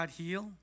heal